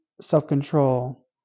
self-control